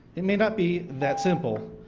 it may not be that simple,